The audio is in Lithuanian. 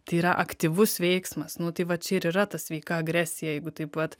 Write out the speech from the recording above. tai yra aktyvus veiksmas nu tai va čia ir yra ta sveika agresija jeigu taip vat